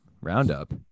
Roundup